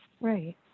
Right